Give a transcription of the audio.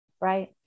Right